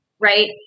Right